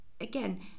again